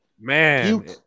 man